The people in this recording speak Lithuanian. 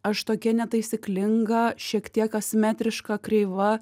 aš tokia netaisyklinga šiek tiek asimetriška kreiva